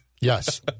Yes